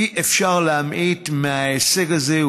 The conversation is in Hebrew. אי-אפשר להמעיט מההישג הזה.